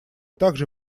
также